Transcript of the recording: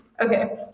Okay